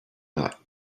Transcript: not